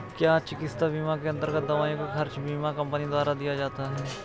क्या चिकित्सा बीमा के अन्तर्गत दवाइयों का खर्च बीमा कंपनियों द्वारा दिया जाता है?